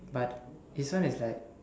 but this one is like